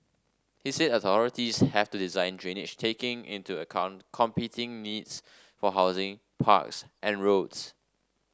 he said authorities have to design drainage taking into account competing needs for housing parks and roads